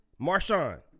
Marshawn